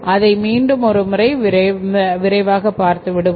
அதை மீண்டும் ஒரு முறை விரைவாக பார்த்து விடுவோம்